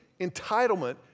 entitlement